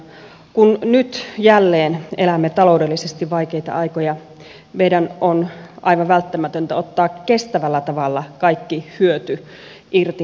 kun nyt jälleen elämme taloudellisesti vaikeita aikoja meidän on aivan välttämätöntä ottaa kestävällä tavalla kaikki hyöty irti metsistämme